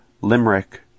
Limerick